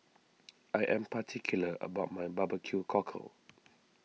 I am particular about my Barbeque Cockle